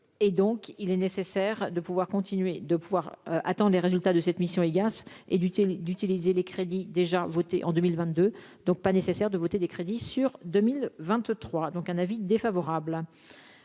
pouvoir continuer de pouvoir attends les résultats de cette mission IGAS et d'utile d'utiliser les crédits déjà votés en 2022 donc pas nécessaire de voter des crédits sur 2023 donc un avis défavorable,